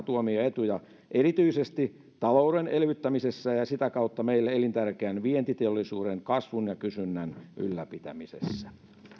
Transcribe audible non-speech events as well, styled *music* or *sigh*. *unintelligible* tuomia etuja erityisesti talouden elvyttämisessä ja ja sitä kautta meille elintärkeän vientiteollisuuden kasvun ja kysynnän ylläpitämisessä